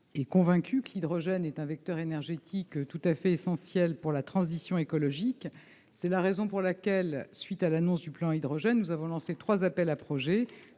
est convaincu que l'hydrogène est un vecteur énergétique essentiel pour la transition écologique. C'est la raison pour laquelle, à la suite de l'annonce du plan Hydrogène, nous avons lancé trois appels à projets